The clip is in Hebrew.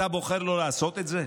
אתה בוחר לא לעשות את זה,